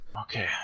Okay